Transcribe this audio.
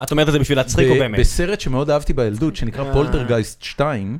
את אומרת את זה בשביל להצחיק או באמת? בסרט שמאוד אהבתי בילדות שנקרא פולטרגייסט 2,